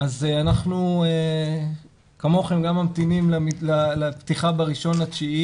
אנחנו כמוכם גם ממתינים לפתיחה ב-1.9,